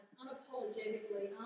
unapologetically